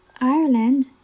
Ireland